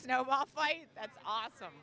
snowball fight that's awesome